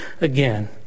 again